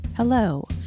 Hello